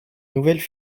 nouvelles